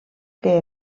que